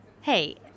Hey